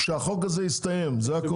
שהחוק הזה יסתיים זה הכל.